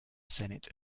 senate